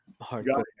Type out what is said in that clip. Hardcore